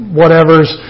whatever's